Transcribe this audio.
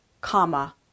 comma